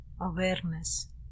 awareness